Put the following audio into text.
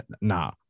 Nah